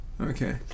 Okay